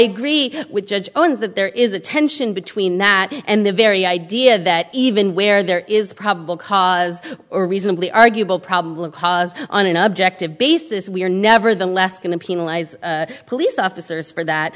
agree with judge jones that there is a tension between that and the very idea that even where there is probable cause or reasonably arguable probable cause on an objective basis we are nevertheless going to penalize police officers for that